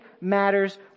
matters